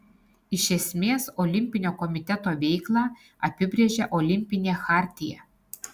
iš esmės olimpinio komiteto veiklą apibrėžia olimpinė chartija